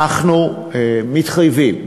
אנחנו מתחייבים,